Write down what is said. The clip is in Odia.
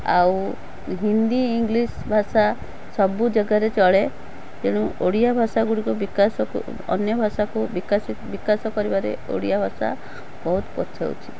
ଆଉ ହିନ୍ଦୀ ଇଂଲିଶ୍ ଭାଷା ସବୁ ଜାଗାରେ ଚଳେ ତେଣୁ ଓଡ଼ିଆ ଭାଷା ଗୁଡ଼ିକୁ ବିକାଶକୁ ଅନ୍ୟ ଭାଷାକୁ ବିକାଶ କରିବାରେ ଓଡ଼ିଆ ଭାଷା ବହୁତ ପଛାଉଛି